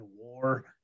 war